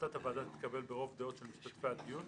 החלטת הוועדה תתקבל ברוב דעות של משתתפי הדיון